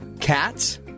Cats